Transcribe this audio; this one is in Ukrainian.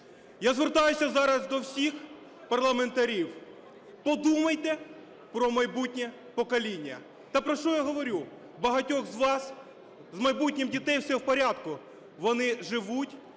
Я звертаюсь зараз до всіх парламентарів: подумайте про майбутнє покоління. Та про що я говорю: в багатьох з вас з майбутнім дітей все в порядку, вони живуть